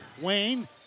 Wayne